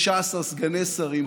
16 סגני שרים,